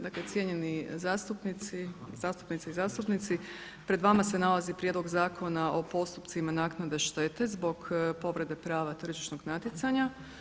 Dakle, cijenjeni zastupnici, zastupnice i zastupnici pred vama se nalazi Prijedlog zakona o postupcima naknade štete zbog povrede prava tržišnog natjecanja.